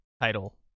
title